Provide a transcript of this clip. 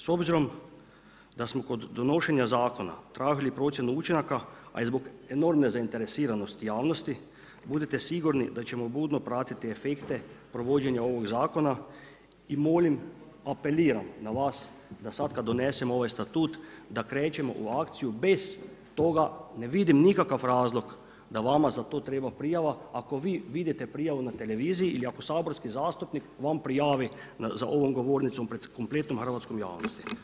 S obzirom da smo kod donošenja zakona tražili procjenu učinaka, a i zbog enormne zainteresiranosti javnosti budite sigurni da ćemo budno pratiti efekte provođenja ovog zakona i molim, apeliram na vas da sad kad donesemo ovaj Statut, da krećemo u akciju bez toga, ne vidim nikakav razlog da vama za to treba prijava, ako vi vidite prijavu na televiziji ili ako saborski zastupnik vam prijavi za ovom govornicom pred kompletnom hrvatskom javnosti.